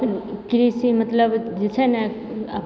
कृषि मतलब जे छै ने